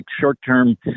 short-term